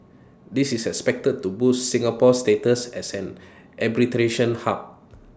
this is expected to boost Singapore's status as an arbitration hub